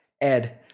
Ed